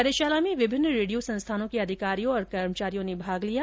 कार्यशाला में विभिन्न रेडियों संस्थानों के अधिकारियों और कर्मचारियों ने भाग लिया